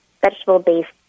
vegetable-based